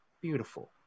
beautiful